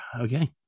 Okay